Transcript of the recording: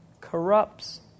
corrupts